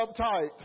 uptight